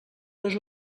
dos